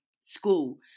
school